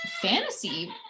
fantasy